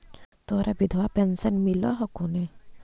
तोहरा विधवा पेन्शन मिलहको ने?